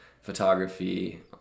photography